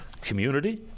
community